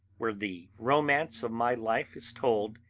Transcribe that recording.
where the romance of my life is told,